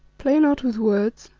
play not with words,